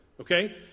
okay